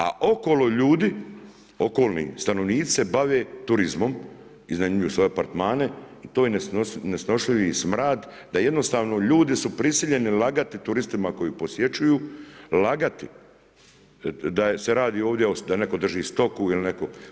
A okolo ljudi, okolni stanovnici se bave turizmom, iznajmljuju svoje apartmane i to je nesnošljivi smrad, da jednostavno ljudi su prisiljeni lagati turistima koji posjećuju, lagati da se radi ovdje da netko drži stoku ili netko.